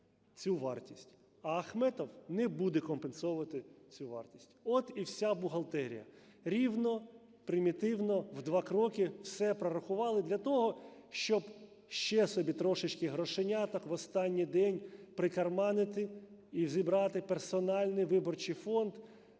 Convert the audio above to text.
а Ахметов не буде компенсовувати цю вартість. От і вся бухгалтерія. Рівно, примітивно в 2 кроки все прорахували для того, щоб ще собі трошечки грошеняток в останній день прикарманити і зібрати персональний виборчий фонд,